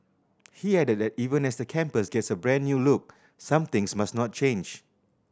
he added that even as the campus gets a brand new look some things must not change